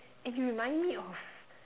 and you remind me of